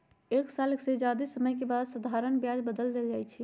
एक साल से जादे समय के बाद साधारण ब्याज बदल जाई छई